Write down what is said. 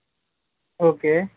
okay